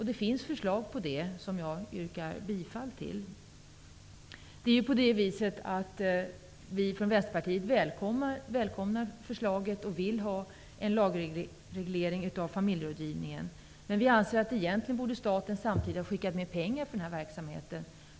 Det finns också förslag på ett sådant, och jag yrkar bifall till det förslaget. Vi från Vänsterpartiet välkomnar förslaget. Vi vill ha en lagreglering av familjerådgivningen, men vi anser att staten egentligen samtidigt borde skicka med pengar för den här verksamheten.